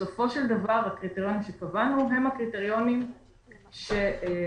בסופו של דבר הקריטריונים שקבענו הם הקריטריונים שגורמי